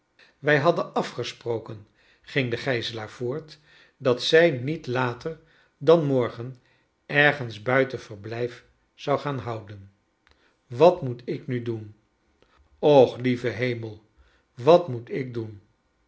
wij hadden afgesproken ging de gijzelaar voort dat zij niet later dan morgen ergens buiten verblijf zou gaan bond en wat moet ik nu doen f och lieve heme wat moet ik doen